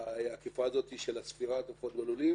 באכיפה הזאת של הספירה של עופות בלולים